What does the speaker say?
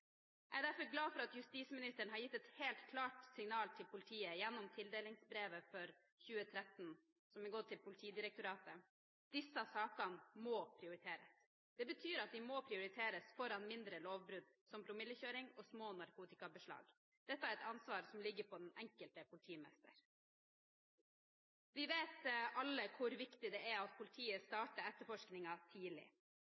Jeg er derfor glad for at justisministeren har gitt et helt klart signal til politiet gjennom tildelingsbrevet for 2013 til Politidirektoratet. Disse sakene må prioriteres. Det betyr at de må prioriteres foran mindre lovbrudd, som promillekjøring og små narkotikabeslag. Dette er et ansvar som ligger på den enkelte politimester. Vi vet alle hvor viktig det er at politiet